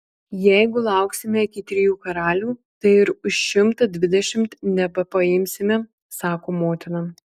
jeigu lauksime iki trijų karalių tai ir už šimtą dvidešimt nebepaimsime sako motina